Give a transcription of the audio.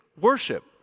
worship